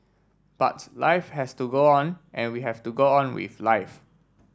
buts life has to go on and we have to go on with life